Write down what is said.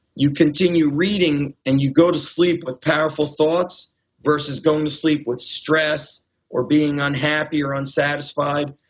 you continue reading and you go to sleep with powerful thoughts versus going to sleep with stress or being unhappy or unsatisfied.